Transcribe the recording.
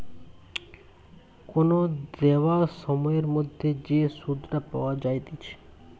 কোন দেওয়া সময়ের মধ্যে যে সুধটা পাওয়া যাইতেছে